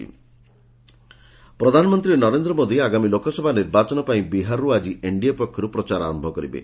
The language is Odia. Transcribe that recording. ବିହାର ପିଏମ୍ ର୍ୟାଲି ପ୍ରଧାନମନ୍ତ୍ରୀ ନରେନ୍ଦ୍ର ମୋଦି ଆଗାମୀ ଲୋକସଭା ନିର୍ବାଚନ ପାଇଁ ବିହାରରୁ ଆଜି ଏନ୍ଡିଏ ପକ୍ଷରୁ ପ୍ରଚାର ଆରମ୍ଭ କରିବେ